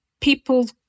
people